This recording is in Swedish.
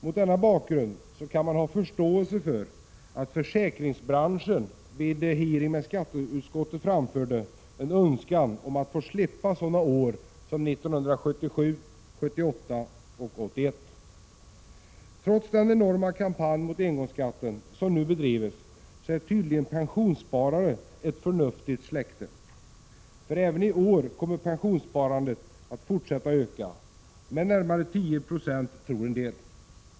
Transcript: Mot denna bakgrund kan man ha förståelse för att försäkringsbranschen vid en hearing med skatteutskottet framförde en önskan om att få slippa sådana år som 1977, 1978 och 1981. Pensionssparare är tydligen ett förnuftigt släkte. Trots den enorma kampanj mot engångsskatten som nu bedrivs kommer även i år pensionssparandet att fortsätta att öka, med närmare 10 26, tror en del.